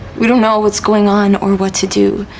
we don't know what's going on, or what to do.